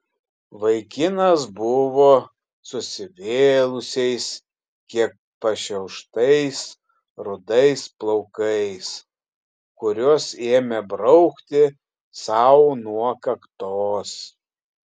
vaikinas buvo susivėlusiais kiek pašiauštais rudais plaukais kuriuos ėmė braukti sau nuo kaktos